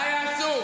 מה יעשו?